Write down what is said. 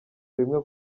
bimwe